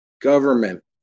Government